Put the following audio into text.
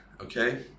Okay